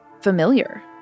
familiar